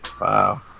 wow